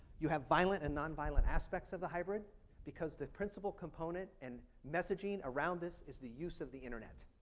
you have violent and nonviolent aspects of the hybrid because the principal component and messaging around this is the use of the internet.